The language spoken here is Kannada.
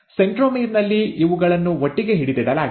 ಸೆಂಟ್ರೊಮೀರ್ ನಲ್ಲಿ ಇವುಗಳನ್ನು ಒಟ್ಟಿಗೆ ಹಿಡಿದಿಡಲಾಗಿದೆ